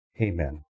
Amen